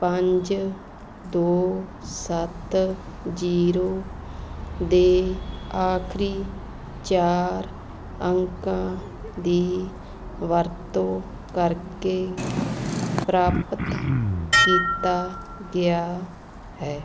ਪੰਜ ਦੋ ਸੱਤ ਜ਼ੀਰੋ ਦੇ ਆਖਰੀ ਚਾਰ ਅੰਕਾਂ ਦੀ ਵਰਤੋਂ ਕਰਕੇ ਪ੍ਰਾਪਤ ਕੀਤਾ ਗਿਆ ਹੈ